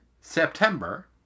September